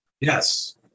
Yes